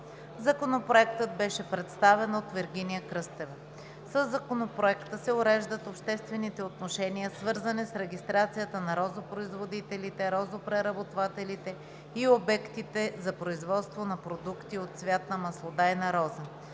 Законопроектът беше представен от Вергиния Кръстева. Със Законопроекта се уреждат обществените отношения, свързани с регистрацията на розопроизводителите, розопреработвателите и обектите за производство на продукти от цвят на маслодайна роза.